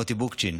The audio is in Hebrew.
מוטי בוקצ'ין,